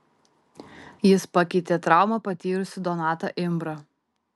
jis pakeitė traumą patyrusį donatą imbrą